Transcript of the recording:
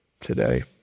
today